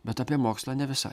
bet apie mokslą ne visai